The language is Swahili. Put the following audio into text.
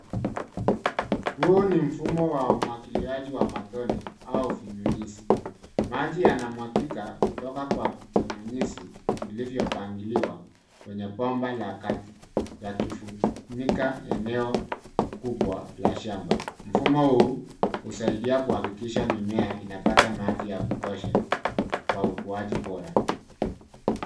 Huu ni mfumo wa umwagiliaji wa matone au vinyunyizi. Maji yanamwagika kutoka kwa vinyunyizi vilivyopangiliwa kwenye bomba la kati yakifunika eneo kubwa la shamba. Mfumo huu husaidia kuhakikisha mimea inapata maji ya kutosha kwa ukuaji bora.